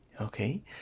okay